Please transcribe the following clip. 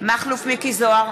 מכלוף מיקי זוהר,